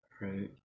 Right